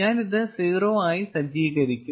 ഞാൻ ഇത് 0 ആയി സജ്ജീകരിക്കും